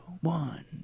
one